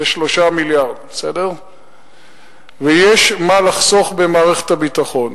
זה 3 מיליארד, ויש מה לחסוך במערכת הביטחון.